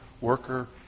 worker